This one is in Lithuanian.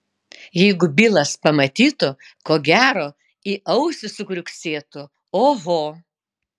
jeigu bilas pamatytų ko gero į ausį sukriuksėtų oho